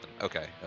okay